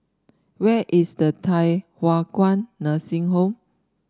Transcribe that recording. where is the Thye Hua Kwan Nursing Home